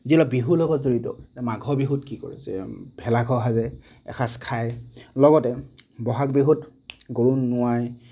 যিবিলাক বিহু লগত জড়িত মাঘৰ বিহুত কি কৰে যে ভেলাঘৰ সাজে এসাঁজ খায় লগতে বহাগ বিহুত গৰু নোৱাই